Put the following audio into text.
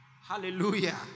Hallelujah